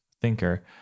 thinker